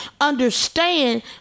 understand